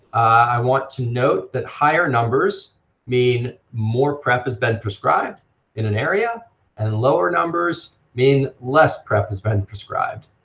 i want to note that higher numbers mean more prep has been prescribed in an area and lower numbers mean less prep has been prescribed.